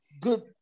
good